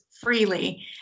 freely